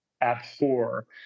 abhor